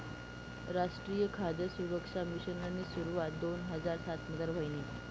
रासट्रीय खाद सुरक्सा मिशननी सुरवात दोन हजार सातमझार व्हयनी